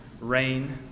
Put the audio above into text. rain